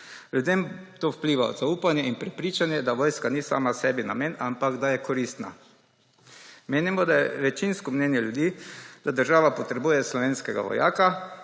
Ljudem to vliva zaupanje in prepričanje, da vojska ni sama sebi namen, ampak da je koristna. Menimo, da je večinsko mnenje ljudi, da država potrebuje slovenskega vojaka,